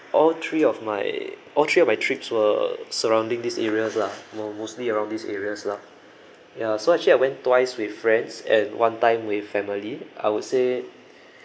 all three of my all three of my trips were surrounding these areas lah mo~ mostly around these areas lah ya so actually I went twice with friends and one time with family I would say